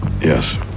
Yes